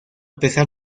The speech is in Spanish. pesar